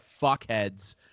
fuckheads